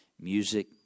Music